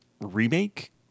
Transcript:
Remake